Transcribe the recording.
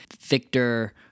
Victor